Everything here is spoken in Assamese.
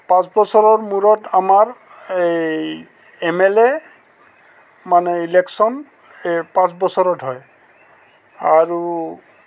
পাঁচ বছৰৰ মূৰত আমাৰ এই এম এল এ মানে ইলেকশ্যন এই পাঁচ বছৰত হয় আৰু